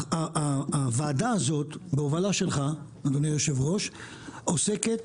הוועדה הזאת, בהובלה שלך, אדוני יושב הראש עוסקת